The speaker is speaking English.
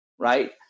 right